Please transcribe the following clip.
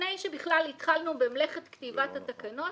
לפני שבכלל התחלנו במלאכת כתיבת התקנות